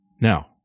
Now